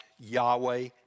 Yahweh